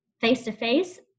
face-to-face